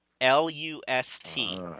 L-U-S-T